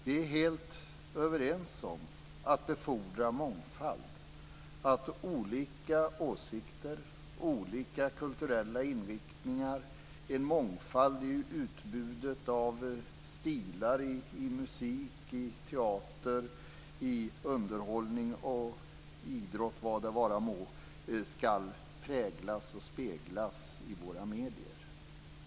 Vi är helt överens om att befordra mångfalden, om att olika åsikter, olika kulturella inriktningar och en mångfald i utbudet av stilar i musik, teater, underhållning, idrott etc. skall präglas och speglas i våra medier.